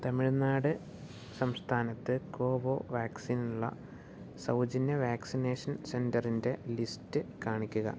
തമിഴ്നാട് സംസ്ഥാനത്ത് കോവോ വാക്സിനുള്ള സൗജന്യ vaccination സെൻ്ററിൻ്റെ list കാണിക്കുക